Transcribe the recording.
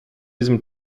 diesem